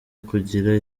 kugira